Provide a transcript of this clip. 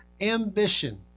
ambition